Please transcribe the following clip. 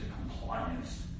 compliance